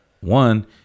one